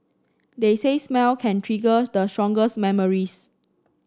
they say smell can trigger the strongest memories